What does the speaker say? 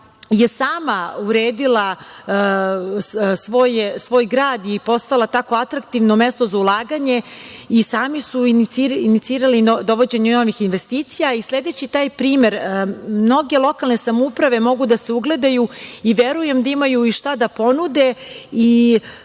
je sama uredila svoj grad i postala tako atraktivno mesto za ulaganje i sami su inicirali dovođenje novih investicija i sledeći taj primer mnoge lokalne samouprave mogu da se ugledaju i verujem da imaju i šta da ponude